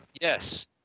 Yes